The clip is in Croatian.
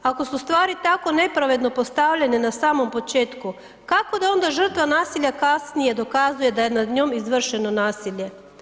Ako su stvari tako nepravedno postavljene na samom početku, kako da onda žrtva nasilja kasnije dokazuje da je nad njom izvršeno nasilje?